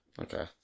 Okay